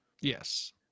Yes